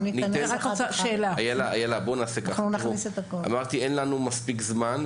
אין לנו מספיק זמן,